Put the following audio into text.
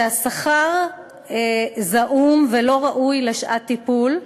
השכר זעום ולא ראוי לשעת טיפול,